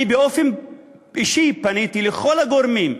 אני באופן אישי פניתי אל כל הגורמים,